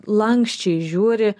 lanksčiai žiūri